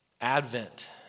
Advent